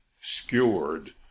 skewered